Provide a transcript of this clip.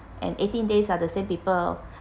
and eighteen days are the same people